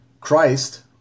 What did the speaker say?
Christ